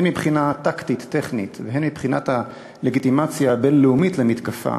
הן מבחינה טקטית-טכנית והן מבחינת הלגיטימציה הבין-לאומית למתקפה,